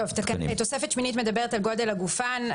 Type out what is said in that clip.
תוספת שמינית מדברת על גודל הגופן.